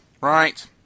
Right